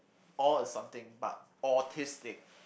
all is something but autistic